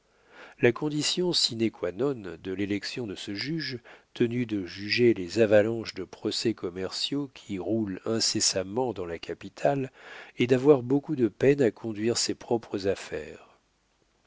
la condition sine quâ non de l'élection de ce juge tenu de juger les avalanches de procès commerciaux qui roulent incessamment dans la capitale est d'avoir beaucoup de peine à conduire ses propres affaires